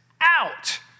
out